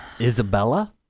Isabella